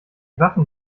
waffen